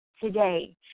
today